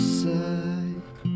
side